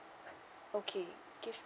okay give me